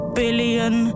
billion